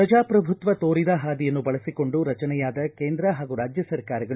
ಪ್ರಜಾಪ್ರಭುತ್ವ ತೋರಿದ ಹಾದಿಯನ್ನು ಬಳಸಿಕೊಂಡು ರಚನೆಯಾದ ಕೇಂದ್ರ ಹಾಗೂ ರಾಜ್ಯ ಸರ್ಕಾರಗಳು